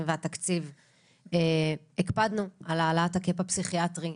והתקציב הקפדנו על העלאת הקאפ הפסיכיאטרי,